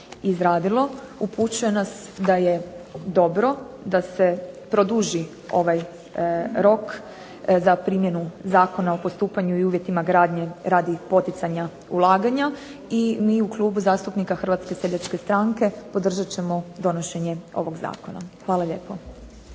upućuje nas da je dobro da se produži ovaj rok za primjenu Zakona o postupanju i uvjetima gradnje radi poticanja ulaganja i mi u Klubu zastupnika HSS-a podržat ćemo donošenje ovog zakona. Hvala lijepo.